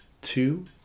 two